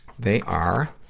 they are,